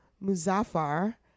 Muzaffar